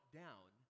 down